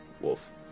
Wolf